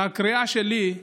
והקריאה שלי,